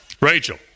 Rachel